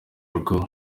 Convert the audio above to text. rugo